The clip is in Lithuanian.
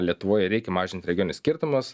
lietuvoj reikia mažint regionius skirtumus